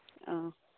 ᱚ